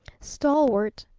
stalwart,